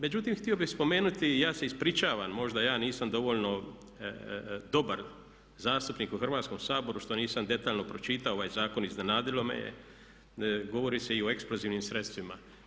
Međutim, htio bih spomenuti, ja se ispričavam možda ja nisam dovoljno dobar zastupnik u Hrvatskom saboru što nisam detaljno pročitao ovaj zakon, iznenadilo me je, govori se i o eksplozivnim sredstvima.